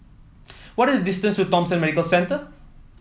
what is the distance to Thomson Medical Centre